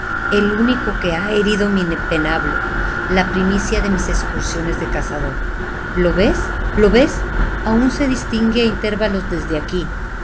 el único que ha herido mi venablo la primicia de mis excursiones de cazador lo ves lo ves aún se distingue á intervalos desde aquí